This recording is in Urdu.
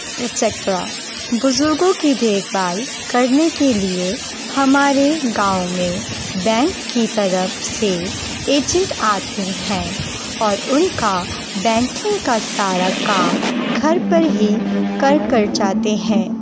ایکسیٹرا بزرگوں کی دیکھ بھال کرنے کے لیے ہمارے گاؤں میں بینک کی طرف سے ایجینٹ آتے ہیں اور ان کا بینکنگ کا سارا کام گھر پر ہی کر کر جاتے ہیں